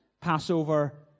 Passover